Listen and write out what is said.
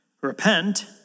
Repent